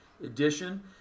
edition